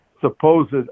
supposed